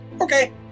okay